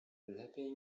lepiej